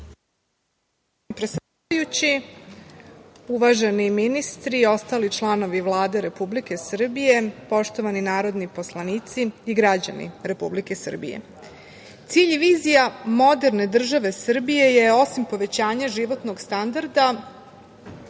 Predsedavajući, uvaženi ministri i ostali članovi Vlade Republike Srbije, poštovani narodni poslanici i građani Republike Srbije, cilj i vizija moderne države Srbije je, osim povećanja životnog standarda